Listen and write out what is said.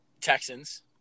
Texans